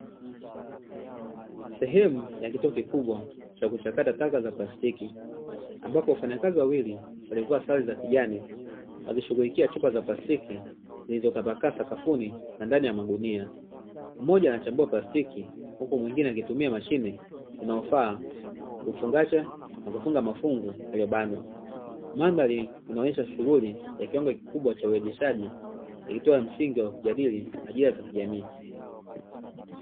Sehemu ya kituo kikibwa cha kuchakata taka za plastiki, ambapo wafanyakazi wawili waliovaa sare za kijani wakishughulikia chupa za plastiki zilizotapakaa sakafuni na ndani ya magunia. Mmoja anachambua plastiki, huku mwingine akitumia mashine inayofaa kufungasha na kufunga mafungu yaliyobanwa. Mandhari inaonyesha shughuli ya kiwango kikubwa cha uwezeshaji, ikitoa msingi wa kujadili ajira za kijamii.